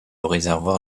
réservoir